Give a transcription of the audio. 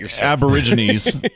aborigines